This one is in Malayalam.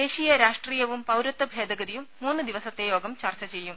ദേശീയ ദ രാഷ്ട്രീയവും പൌരത്വഭേദഗതിയും മൂന്നു ദിവസത്തെ യോഗം ചർച്ച ചെയ്യും